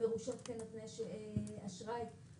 מורשות שכנותנות אשראי.